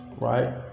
right